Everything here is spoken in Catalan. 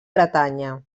bretanya